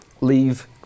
leave